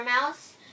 Mouse